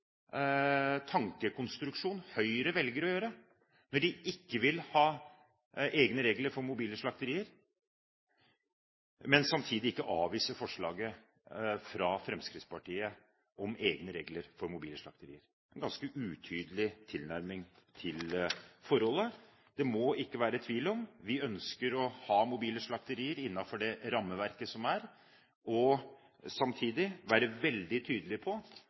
tankekonstruksjon Høyre velger, når de ikke vil ha egne regler for mobile slakterier, men samtidig ikke avviser forslaget fra Fremskrittspartiet om egne regler for mobile slakterier. Det er en ganske utydelig tilnærming til forholdet. Det må ikke være tvil: Vi ønsker å ha mobile slakterier innenfor det rammeverket som er, og samtidig være veldig tydelige på